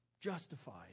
justified